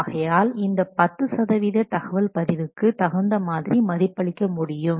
ஆகையால் அந்த 10 சதவிகித தகவல் பதிவுக்கு தகுந்த மாதிரி மதிப்பளிக்க முடியும்